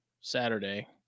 Saturday